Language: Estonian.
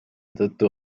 tõttu